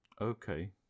Okay